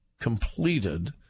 completed